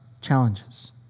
challenges